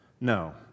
No